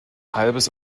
halbes